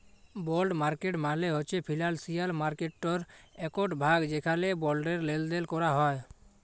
বল্ড market মালে হছে financial মার্কেটটর একট ভাগ যেখালে বল্ডের লেলদেল ক্যরা হ্যয়